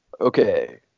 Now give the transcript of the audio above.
okay